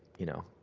you know,